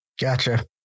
Gotcha